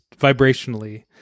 vibrationally